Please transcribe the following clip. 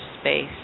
space